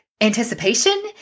anticipation